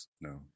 no